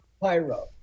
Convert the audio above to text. Pyro